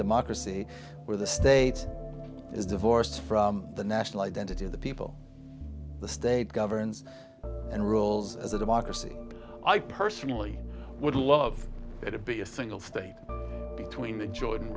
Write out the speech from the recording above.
democracy where the state is divorced from the national identity of the people the state governs and rules as a democracy i personally would love it be a single state between the jordan